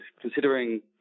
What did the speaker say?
considering